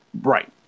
Right